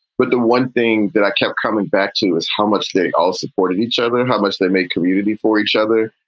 but the one thing that i kept coming back to was how much they all supported each other, and how much they made community for each other.